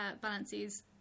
Balances